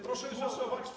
Proszę głosować.